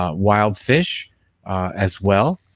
ah wild fish as well,